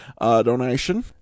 donation